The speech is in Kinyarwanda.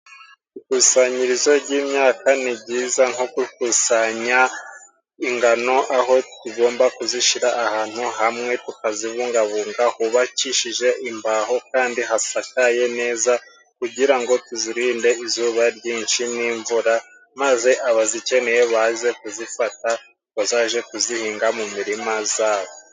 Ikusanyirizo ry’imyaka ni ryiza, nko gukusanya ingano, aho tugomba kuzishira ahantu hamwe, tukazibungabunga, hubakishije imbaho kandi hasakaye neza, kugira ngo tuzirinde izuba ryinshi n’imvura, maze abazikeneye baze kuzifata, bazaje kuzihinga mu mirima yabo.